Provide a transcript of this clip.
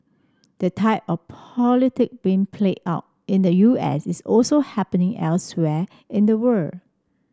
the type of politic being played out in the U S is also happening elsewhere in the world